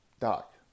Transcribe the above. Doc